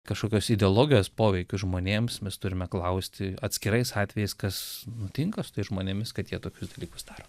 kažkokios ideologijos poveikio žmonėms mes turime klausti atskirais atvejais kas nutinka su tais žmonėmis kad jie tokius dalykus daro